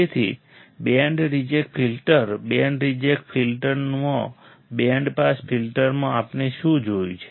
તેથી band reject filter band reject ફિલ્ટરમાં band pass ફિલ્ટરમાં આપણે શું જોયું છે